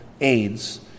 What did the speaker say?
aids